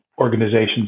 organizations